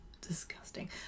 disgusting